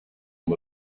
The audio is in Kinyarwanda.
ngo